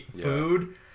food